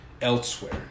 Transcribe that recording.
Elsewhere